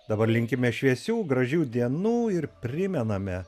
dabar linkime šviesių gražių dienų ir primename